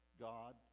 God